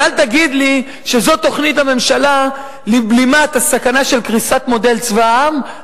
אבל אל תגיד לי שזו תוכנית הממשלה לבלימת הסכנה של קריסת מודל צבא העם,